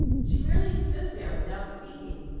she merely stood there without speaking,